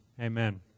amen